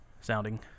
sounding